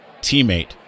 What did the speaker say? teammate